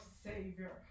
Savior